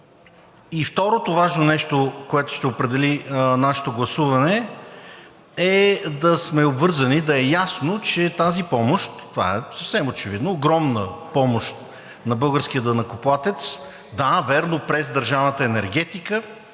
И второто важно нещо, което ще определи нашето гласуване, е да сме обвързани, да е ясно, че тази помощ, това е съвсем очевидно, огромна помощ на българския данъкоплатец – да, вярно през държавната енергетика,